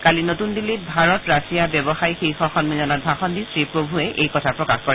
কালি নতুন দিল্লীত ভাৰত ৰাছিয়া ব্যৱসায় শীৰ্ষ সম্মিলনত ভাষণ দি শ্ৰীপ্ৰভুৱে এই কথা প্ৰকাশ কৰে